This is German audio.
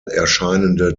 erscheinende